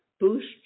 boost